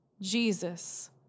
Jesus